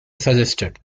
suggested